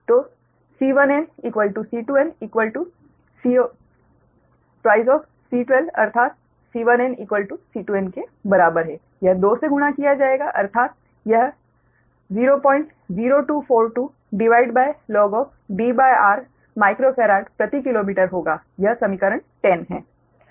तो C1n C2n 2 C12 अर्थात C1n C2n के बराबर है यह 2 से गुणा किया जाएगा अर्थात यह 00242log Dr माइक्रोफेराड प्रति किलोमीटर होगा यह समीकरण 10 है